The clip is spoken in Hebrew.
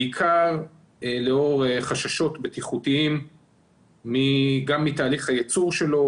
בעיקר לאור חששות בטיחותיים גם מתהליך הייצור שלו,